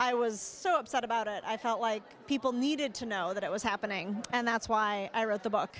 i was so upset about it i felt like people needed to know that it was happening and that's why i wrote the book